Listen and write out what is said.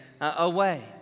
away